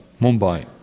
Mumbai